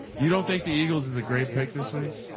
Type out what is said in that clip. you don't think the eagles is a great pick this week.